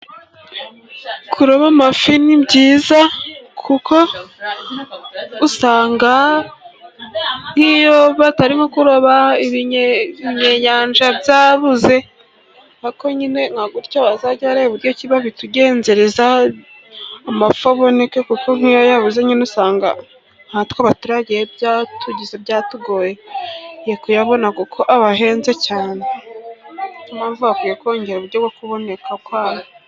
Kuroba amafi ni byiza, kuko usanga nk'iyo batarimo kuroba ibinyenyanja byabuze. Ariko nyine nka gutya, bakwiye kureba uburyo babitugenzereza, bizajya bitugeraho, amafi aboneke. Kuko nk'iyo yabuze nyine usanga abaturage byatugoye kuyabona. Kuko aba ahenze cyane. Bakwiriye kongera uburyo bwo kuboneka kwayo.